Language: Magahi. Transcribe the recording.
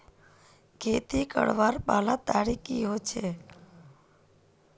खेती करवार पहला तरीका की होचए?